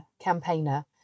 campaigner